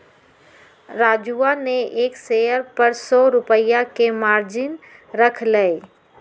राजूवा ने एक शेयर पर सौ रुपया के मार्जिन रख लय